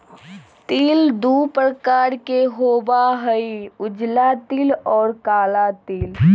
तिल दु प्रकार के होबा हई उजला तिल और काला तिल